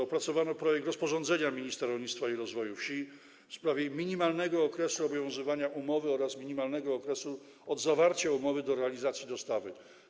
Opracowano także projekt rozporządzenia ministra rolnictwa i rozwoju wsi w sprawie minimalnego okresu obowiązywania umowy oraz minimalnego okresu od zawarcia umowy do realizacji dostawy.